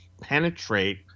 penetrate